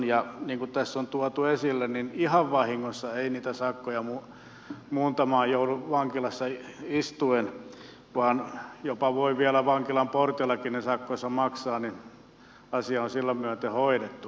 niin kuin tässä on tuotu esille ihan vahingossa ei niitä sakkoja muuntamaan joudu vankilassa istuen vaan jopa vielä vankilan porteillakin ne sakkonsa voi maksaa ja asia on sitä myöten hoidettu